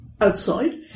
outside